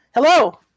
Hello